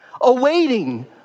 Awaiting